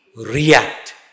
react